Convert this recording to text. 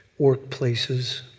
workplaces